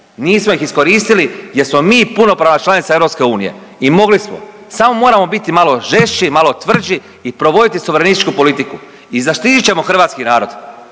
Nismo ih iskoristili jer smo mi punopravna članica EU i mogli smo. Samo moramo biti malo žešći, malo tvrđi i provoditi suverenističku politiku i zaštitit ćemo hrvatski narod.